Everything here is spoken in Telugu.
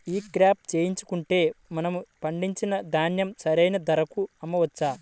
ఈ క్రాప చేయించుకుంటే మనము పండించిన ధాన్యం సరైన ధరకు అమ్మవచ్చా?